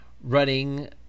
running